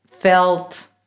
Felt